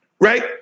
Right